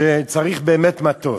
שצריך באמת מטוס?